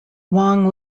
wang